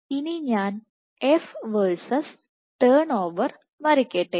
ഇനി ഞാൻ F versus turn over വരയ്ക്കട്ടെ